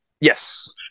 Yes